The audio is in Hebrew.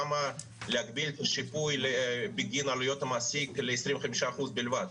למה להגביל את השיפוי בגין עלויות המעסיק ל-25% בלבד?